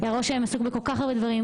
הראש שלהם עסוק בכל כך הרבה דברים.